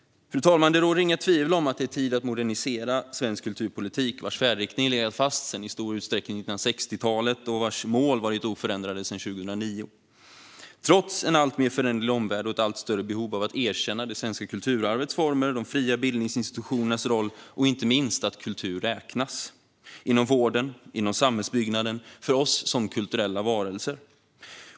Fru talman! Det råder inga tvivel om att det är tid att modernisera svensk kulturpolitik, vars färdriktning i stor utsträckning legat fast sedan 1960-talet och vars mål varit oförändrade sedan 2009. Det har de varit trots en alltmer föränderlig omvärld och ett allt större behov av att erkänna det svenska kulturarvets former, de fria bildningsinstitutionernas roll och inte minst att kultur räknas inom vården, inom samhällsbyggnaden och för oss som kulturella varelser.